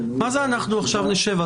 מה זה אנחנו עכשיו נשב?